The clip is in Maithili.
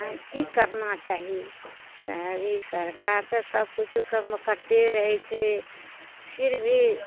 की करना चाही ई सरकार तऽ सबकिछो कर करते रहय छै फिर भी